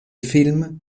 film